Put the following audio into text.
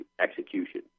execution